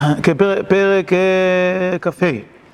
פרק כ״ה